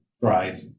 drive